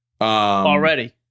Already